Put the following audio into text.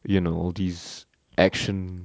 you know all these action